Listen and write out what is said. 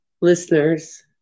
listeners